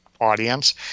audience